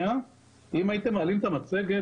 אם הייתם מעלים את המצגת,